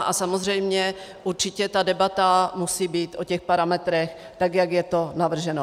A samozřejmě určitě debata musí být o těch parametrech, tak jak je to navrženo.